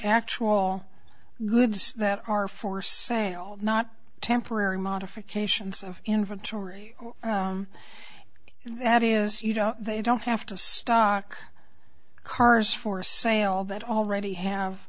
actual goods that are for sale not temporary modifications of inventory that is you know they don't have to stock cars for sale that already have